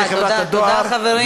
תודה לחברת הדואר,